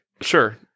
Sure